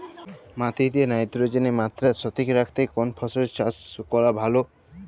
মাটিতে নাইট্রোজেনের মাত্রা সঠিক রাখতে কোন ফসলের চাষ করা ভালো?